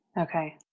Okay